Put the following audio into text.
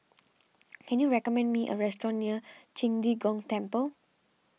can you recommend me a restaurant near Qing De Gong Temple